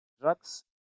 drugs